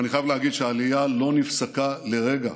ואני חייב להגיד שהעלייה לא נפסקה לרגע,